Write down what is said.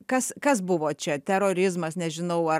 kas kas buvo čia terorizmas nežinau ar